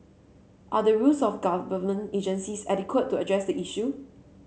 are the rules of the government agencies adequate to address the issue